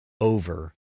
over